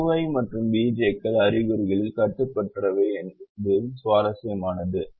Ui மற்றும் vj கள் அறிகுறிகளில் கட்டுப்பாடற்றவை என்பதும் சுவாரஸ்யமானது